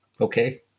okay